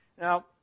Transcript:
Now